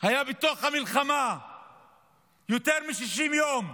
היה בתוך המלחמה יותר מ-60 יום,